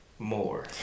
More